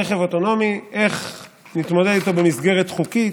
רכב אוטונומי, איך להתמודד איתו במסגרת חוקית.